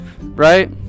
right